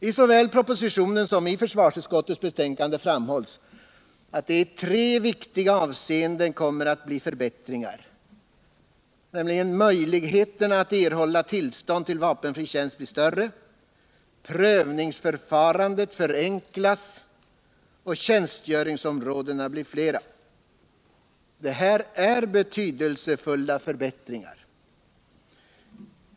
I såväl propositionen som försvarsutskottets betänkande framhålls att det i tre viktiga avseenden kommer att bli förbättringar: möjligheterna att erhålla tillstånd till vapenfri tjänst blir större, prövningsförfarandet förenklas och tjänstgöringsområdena blir flera. Detta är betydelsefulla förbättringar.